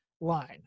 line